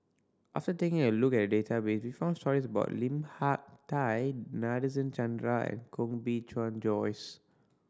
after taking a look at database we found stories about Lim Hak Tai Nadasen Chandra Koh Bee Tuan Joyce